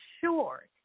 sure